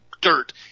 dirt